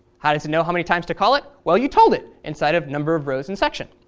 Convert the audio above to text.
how does it know how many times to call it? well, you told it inside of number of rows in section.